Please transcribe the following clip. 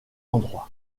endroits